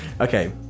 Okay